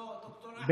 לא, ד"ר אחמד.